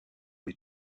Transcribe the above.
les